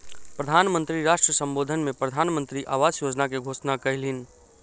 प्रधान मंत्री राष्ट्र सम्बोधन में प्रधानमंत्री आवास योजना के घोषणा कयलह्नि